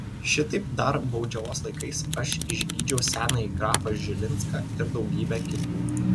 šitaip dar baudžiavos laikais aš išgydžiau senąjį grafą žilinską ir daugybę kitų